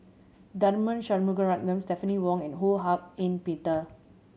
Tharman Shanmugaratnam Stephanie Wong and Ho Hak Ean Peter